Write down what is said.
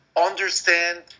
understand